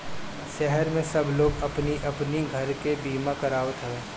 शहर में सब लोग अपनी अपनी घर के बीमा करावत हवे